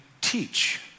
teach